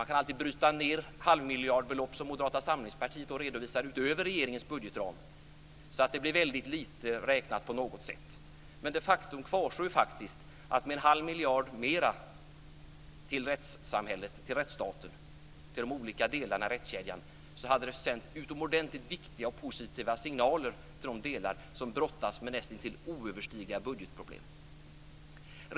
Man kan alltid bryta ned halvmiljardbelopp som Moderata samlingspartiet redovisar utöver regeringens budgetram, så att det blir väldigt lite räknat på något sätt. Men faktum kvarstår: En halv miljard mer till rättsstaten och de olika delarna i rättskedjan hade sänt utomordentligt viktiga och positiva signaler till de delar som brottas med näst intill oöverstigliga budgetproblem.